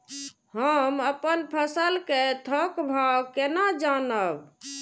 हम अपन फसल कै थौक भाव केना जानब?